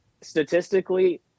statistically